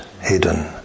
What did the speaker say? hidden